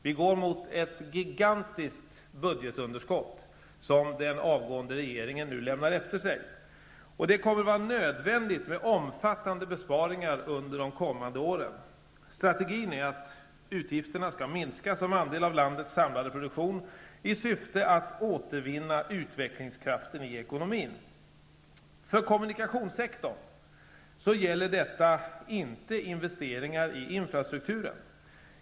Vi går mot ett gigantiskt budgetunderskott, som den avgående regeringen nu lämnar efter sig. Det kommer att vara nödvändigt med omfattande besparingar under de kommande åren. Strategin är att utgifterna skall minska såsom andel av landets samlade produktion i syfte att återvinna utvecklingskraften i ekonomin. För kommunikationssektorn gäller detta dock inte investeringarna i infrastrukturen.